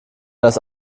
das